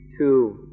two